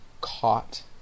caught